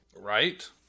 Right